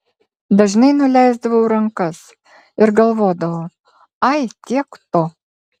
dažnai nuleisdavau rankas ir galvodavau ai tiek to